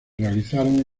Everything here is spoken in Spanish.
realizaron